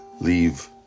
leave